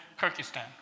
Kyrgyzstan